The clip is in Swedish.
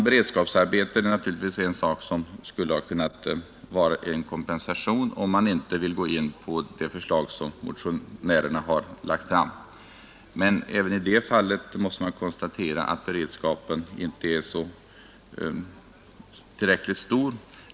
Beredskapsarbete skulle naturligtvis ha kunnat vara en kompensation om man inte vill gå in på det förslag som motionärerna har lagt fram. Men även i det fallet måste man konstatera att beredskapen inte är tillräckligt stor.